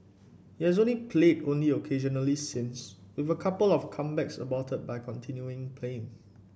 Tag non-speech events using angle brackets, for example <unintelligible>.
he has <unintelligible> played only occasionally since with a couple of comebacks aborted by continuing pain